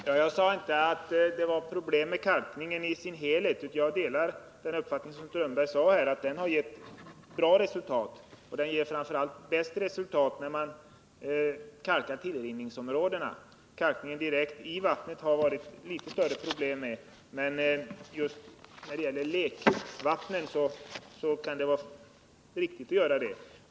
Herr talman! Jag sade inte att det var problem med kalkningen i dess helhet. Jag delar Håkan Strömbergs uppfattning, att man nått goda resultat med kalkningen och att man med kalkningen i framför allt tillrinningsområdena nått det bästa resultatet. Då har det varit litet större problem med den kalkning som gjorts direkt i vattnet. Men när det gäller lekvatten för fisk kan det vara riktigt att göra så.